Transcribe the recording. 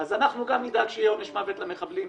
אז אנחנו גם נדאג שיהיה עונש מוות למחבלים,